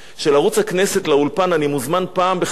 אני מוזמן פעם בחצי שנה כדי לעשות לי טובה,